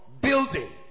building